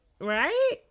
Right